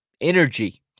energy